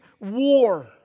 war